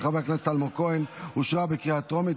של חבר הכנסת אלמוג כהן אושרה בקריאה טרומית,